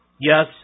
yes